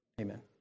Amen